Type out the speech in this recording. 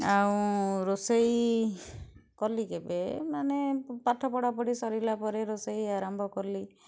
ଆଉ ରୋଷେଇ କଲି କେବେ ମାନେ ପାଠ ପଢ଼ା ପଢ଼ି ସରିଲା ପରେ ରୋଷେଇ ଆରମ୍ଭ କଲି